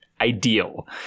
Ideal